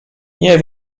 nie